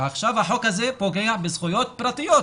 ועכשיו החוק הזה פוגע בזכויות פרטיות,